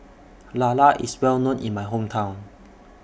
Lala IS Well known in My Hometown